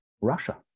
Russia